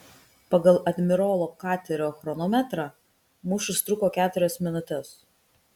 pagal admirolo katerio chronometrą mūšis truko keturias minutes